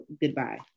goodbye